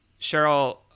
Cheryl